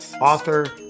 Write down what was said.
author